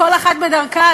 כל אחת בדרכה,